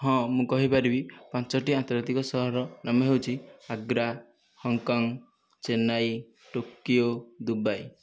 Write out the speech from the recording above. ହଁ ମୁଁ କହିପାରିବି ପାଞ୍ଚଟି ଆନ୍ତର୍ଜାତୀକ ସହର ନାମ ହେଉଛି Agra Hong Kong Chennai Tokyo Dubai